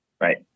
Right